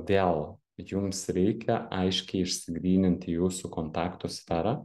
vėl jums reikia aiškiai išsigryninti jūsų kontaktų sferą